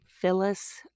phyllis